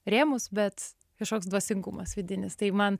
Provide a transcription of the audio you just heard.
rėmus bet kažkoks dvasingumas vidinis tai man